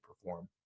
perform